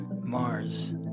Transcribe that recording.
Mars